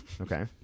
Okay